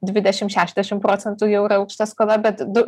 dvidešimt šešiasdešimt procentų jau yra aukšta skola bet du